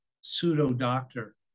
pseudo-doctor